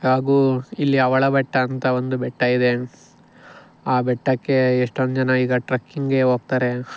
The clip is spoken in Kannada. ಹಾಗೂ ಇಲ್ಲಿ ಅವಳ ಬೆಟ್ಟ ಅಂತ ಒಂದು ಬೆಟ್ಟ ಇದೆ ಆ ಬೆಟ್ಟಕ್ಕೆ ಎಷ್ಟೊಂದು ಜನ ಈಗ ಟ್ರಕ್ಕಿಂಗ್ಗೆ ಹೋಗ್ತಾರೆ